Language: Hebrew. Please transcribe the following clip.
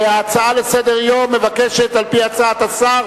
ההצעה לסדר-היום מבקשת על-פי הצעת השר